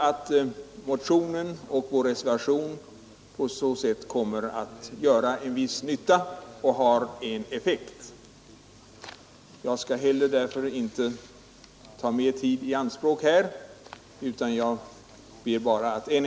Vår motion torde på det sättet redan ha gjort en viss nytta och fi Nr 133 bara att än en gång få yrka bifall till reservationen. Onsdagen den viss effekt.